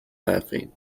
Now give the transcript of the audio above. laughing